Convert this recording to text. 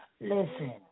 listen